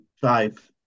Five